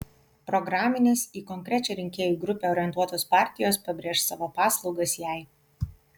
programinės į konkrečią rinkėjų grupę orientuotos partijos pabrėš savo paslaugas jai